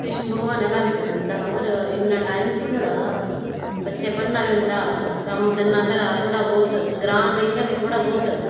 कृष्ण भगवान आहला बी पसंद हा पर इन्ना टाइम कुत्थै लगदा हा बच्चे पढ़न बी होंदा कम्म करना घरै दा थोहड़ा बहुत ग्रां च इयां बी थोहड़ा बहुत